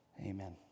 Amen